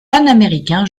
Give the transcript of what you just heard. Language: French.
panaméricains